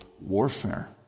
warfare